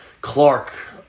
Clark